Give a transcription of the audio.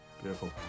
Beautiful